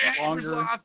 longer